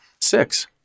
Six